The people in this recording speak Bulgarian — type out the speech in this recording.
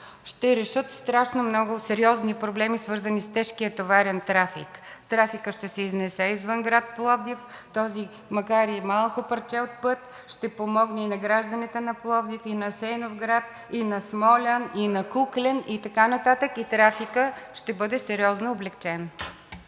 ще решат страшно много сериозни проблеми, свързани с тежкия товарен трафик. Трафикът ще се изнесе извън град Пловдив. Това макар и малко парче от път ще помогне и на гражданите на Пловдив, и на Асеновград, и на Смолян, и на Куклен, и така нататък и трафикът ще бъде сериозно облекчен.